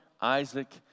Isaac